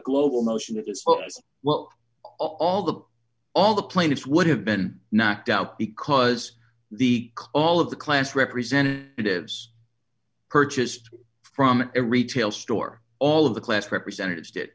global motion that is well all the books all the plaintiffs would have been knocked out because the all of the class representatives purchased from a retail store all of the class representatives did